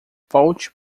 volte